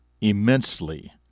immensely